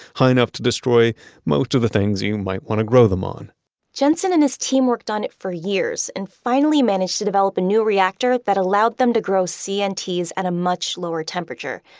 high enough to destroy most of the things you might want to grow them on jensen and his team worked on it for years and finally managed to develop a new reactor that allowed them to grow cnts at a much lower temperature.